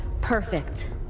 perfect